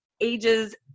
ages